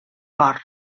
cor